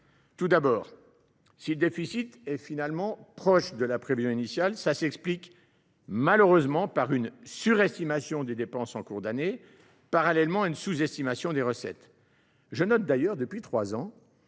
Tout d’abord, si le déficit est finalement proche de la prévision initiale, cela s’explique malheureusement par une surestimation des dépenses en cours d’année, parallèlement à une sous estimation des recettes. Je note d’ailleurs, depuis trois ans,